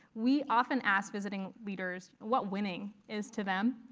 we often ask visiting leaders what winning is to them.